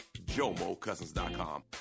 JomoCousins.com